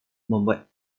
membuat